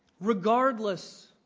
Regardless